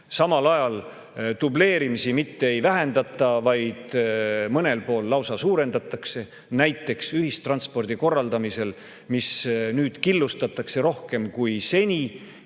Samal ajal dubleerimisi mitte ei vähendata, vaid mõnel pool nende hulk lausa suureneb, näiteks ühistranspordi korraldamisel, mis nüüd killustatakse rohkem kui seni